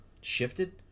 Shifted